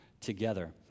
together